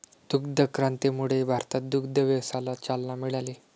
दुग्ध क्रांतीमुळे भारतात दुग्ध व्यवसायाला चालना मिळाली